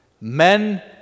Men